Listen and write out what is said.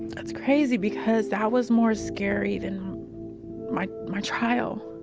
that's crazy because that was more scary than my, my trial